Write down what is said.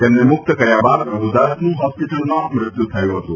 તેમને મુક્ત કર્યા બાદ પ્રભુદાસનું હોસ્પિટલમાં મૃત્યુ થયું હતું